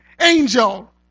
angel